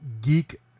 geek